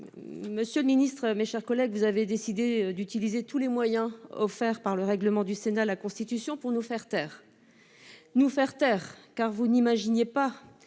Monsieur le ministre, mes chers collègues, vous avez décidé d'utiliser tous les moyens offerts par le règlement du Sénat et par la Constitution pour nous faire taire, car vous n'imaginiez pas